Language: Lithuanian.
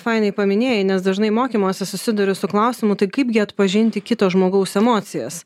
fainai paminėjai nes dažnai mokymuose susiduriu su klausimu tai kaipgi atpažinti kito žmogaus emocijas